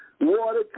Water